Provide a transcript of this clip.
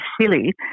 silly